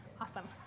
awesome